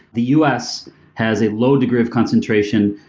the us has a low degree of concentration,